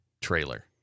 trailer